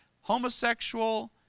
homosexual